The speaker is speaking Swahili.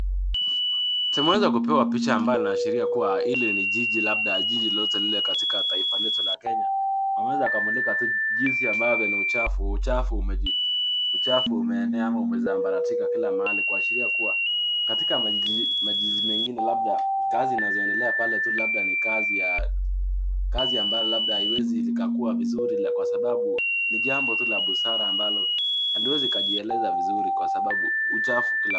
Tunaweza kupewa picha ambayo inaashiria kuwa hili ni jiji labda jiji lolote lile katika taifa letu la Kenya, wameweza kumulika tu jinsi ambavyo ni uchafu, uchafu umeji- uchafu umeenea ama umeza mbaratika kila mahali kuashiria kuwa katika majiji mengine labda kazi inayofanyika pale tu labda ni kazi ya kazi ambayo labda haiwezi ikakuwa vizuri kwa sababu ni jambo tu la busara ambalo haliwezi ikajieleza vizuri kwa sababu ya uchafu.